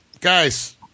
guys